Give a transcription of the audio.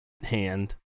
hand